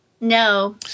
No